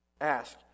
Ask